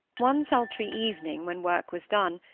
one sultry evening, when work was done,